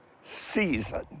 season